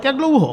Jak dlouho?